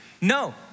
No